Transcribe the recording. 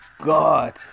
god